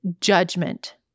judgment